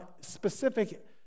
specific